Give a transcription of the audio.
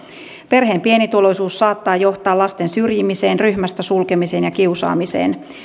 perheen pienituloisuus saattaa johtaa lasten syrjimiseen ryhmästä sulkemiseen ja kiusaamiseen